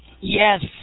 Yes